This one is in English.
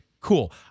cool